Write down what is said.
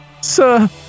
Sir